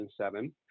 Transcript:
2007